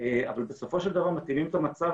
אבל בסופו של דבר מתאימים את המצב